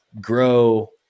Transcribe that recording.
grow